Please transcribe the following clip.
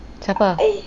siapa